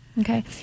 Okay